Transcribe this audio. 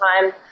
time